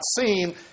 seen